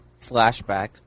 flashback